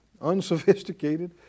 unsophisticated